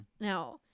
Now